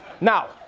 Now